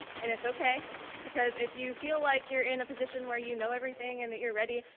and it's okay because if you feel like you're in a position where you know everything and that you're ready,